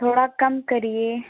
थोड़ा कम करिए